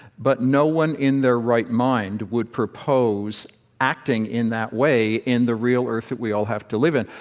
but no one in their right mind would propose acting in that way in the real earth that we all have to live in.